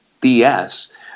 BS